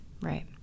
right